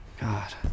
God